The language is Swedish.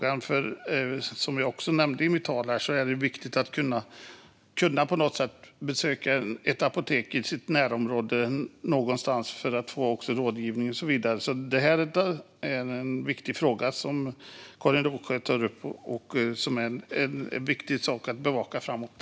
Jag nämnde vidare att det är viktigt att på något sätt kunna besöka ett apotek i sitt närområde för att få rådgivning och så vidare. Det är alltså en viktig fråga som Karin Rågsjö tar upp och som är viktig att bevaka framåt.